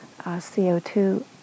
CO2